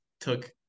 took